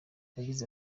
yagize